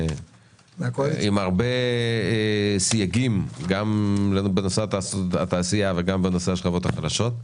עם הרבה מאוד סייגים גם בנושא התעשייה וגם בנושא השכבות החלשות.